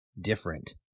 different